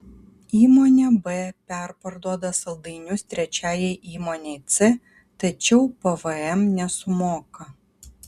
įmonė b perparduoda saldainius trečiajai įmonei c tačiau pvm nesumoka